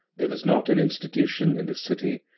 there was not an institution in the city,